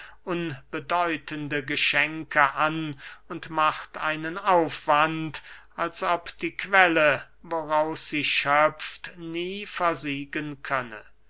unbedeutende geschenke an und macht einen aufwand als ob die quelle woraus sie schöpft nie versiegen könne